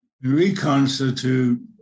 reconstitute